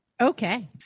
Okay